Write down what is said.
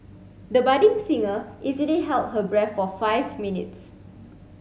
the budding singer easily held her breath for five minutes